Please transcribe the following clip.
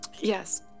Yes